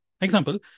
Example